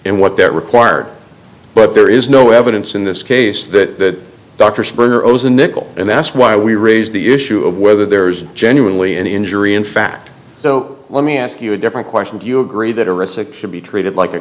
and what that required but there is no evidence in this case that dr springer owes a nickel and that's why we raise the issue of whether there is genuinely any injury in fact so let me ask you a different question do you agree that a wrestler should be treated like a